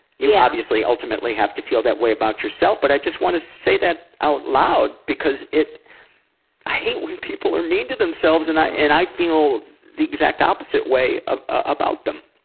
you obviously ultimately have to feel that way about yourself. but i just wanted to say that out loud because it i hate when people are mean to themselves, and i and i feel the exact opposite way about them.